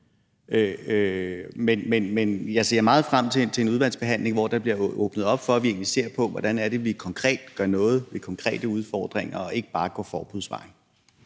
Men jeg ser meget frem til en udvalgsbehandling, hvor der bliver åbnet op for, at vi ser på, hvordan vi konkret gør noget ved konkrete udfordringer og ikke bare går forbudsvejen.